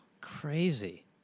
crazy